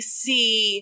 see